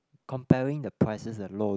comparing the prices alone